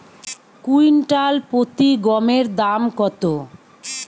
Quintal প্রতি গমের দাম কত?